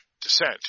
descent